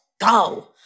go